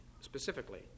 specifically